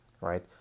right